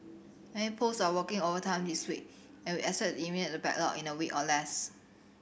many post are working overtime this week and we eliminate the backlog in a week or less